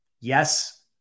yes